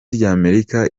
ry’amerika